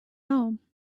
home